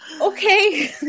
okay